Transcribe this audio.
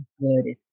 good